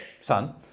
son